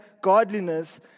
godliness